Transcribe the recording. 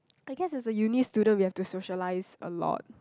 I guess as a uni student we have to socialise a lot